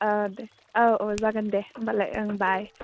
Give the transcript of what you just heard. दे औ औ जागोन दे होमब्लालाय ओं बाय